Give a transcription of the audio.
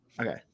okay